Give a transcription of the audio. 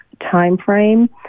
timeframe